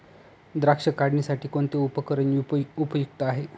द्राक्ष काढणीसाठी कोणते उपकरण उपयुक्त आहे?